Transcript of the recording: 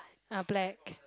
ah black